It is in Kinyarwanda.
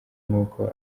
nuko